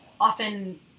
often